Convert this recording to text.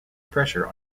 pressure